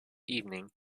evening